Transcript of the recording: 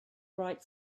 bright